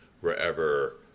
wherever